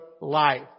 life